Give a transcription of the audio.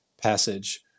Passage